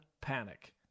panic